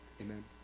Amen